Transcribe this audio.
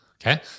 Okay